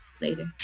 later